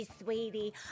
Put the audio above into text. sweetie